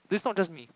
this not just me